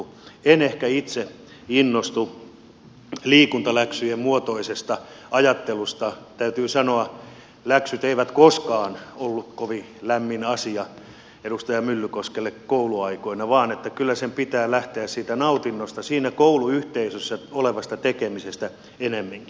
en ehkä itse innostu liikuntaläksyjen muotoisesta ajattelusta täytyy sanoa että läksyt eivät koskaan olleet kovin lämmin asia edustaja myllykoskelle kouluaikoina vaan kyllä sen pitää lähteä siitä nautinnosta siinä kouluyhteisössä olevasta tekemisestä ennemminkin